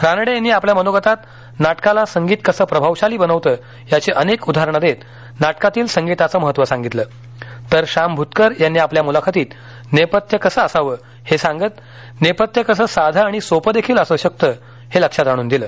रानडे यांनी आपल्या मनोगतात नाटकाला संगीत कसं प्रभावशाली बनवतं याची अनेक उदाहरणं देत नाटकातील संगीताचे महत्त्व सांगितलं तर शाम भुतकर यांनी आपल्या मुलाखतीत नेपथ्य कसं असावं हे सांगत नेपथ्य कसं साधं आणि सोपं देखील असू शकतं हे लक्षात आणून दिलं